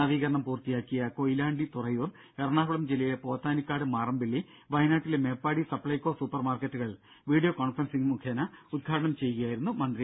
നവീകരണം പൂർത്തിയാക്കിയ കൊയിലാണ്ടി തുറയൂർ എറണാകുളം ജില്ലയിലെ പോത്താനിക്കാട് മാറമ്പിള്ളി വയനാട്ടിലെ മേപ്പാടി സപ്പൈകോ സൂപ്പർമാർക്കറ്റുകൾ വീഡിയോകോൺഫറൻസിങ് മുഖേന ഉദ്ഘാടനം ചെയ്യുകയായിരുന്നു മന്ത്രി